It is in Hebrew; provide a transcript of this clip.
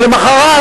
ולמחרת,